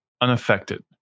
unaffected